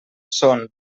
són